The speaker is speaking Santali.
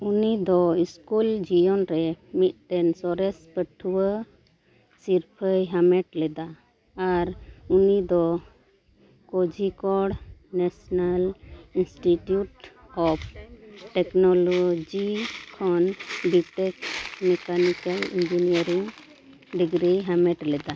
ᱩᱱᱤᱫᱚ ᱥᱠᱩᱞ ᱡᱤᱭᱚᱱ ᱨᱮ ᱢᱤᱫᱴᱮᱱ ᱥᱚᱨᱮᱥ ᱯᱟᱹᱴᱷᱩᱣᱟᱹ ᱥᱤᱨᱯᱟᱹᱭ ᱦᱟᱢᱮᱴ ᱞᱮᱫᱟ ᱟᱨ ᱩᱱᱤ ᱫᱚ Kozhikode national institute of technology ᱠᱷᱚᱱ B tech mechanical engineering degree ᱦᱟᱢᱮᱴ ᱞᱮᱫᱟ